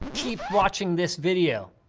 keep watching this video.